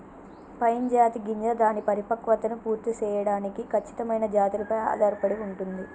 pine జాతి గింజ దాని పరిపక్వతను పూర్తి సేయడానికి ఖచ్చితమైన జాతులపై ఆధారపడి ఉంటుంది